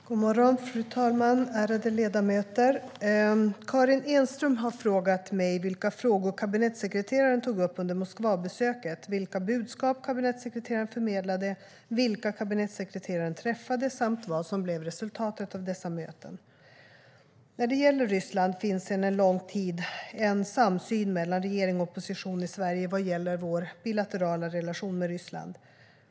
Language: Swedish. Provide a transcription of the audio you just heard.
Svar på interpellationer Fru talman! Ärade ledamöter! Karin Enström har frågat mig vilka frågor kabinettssekreteraren tog upp under Moskvabesöket, vilka budskap kabinettssekreteraren förmedlade, vilka kabinettssekreteraren träffade samt vad som blev resultatet av dessa möten. När det gäller Ryssland finns sedan lång tid en samsyn mellan regering och opposition i Sverige vad gäller vår bilaterala relation med Ryssland.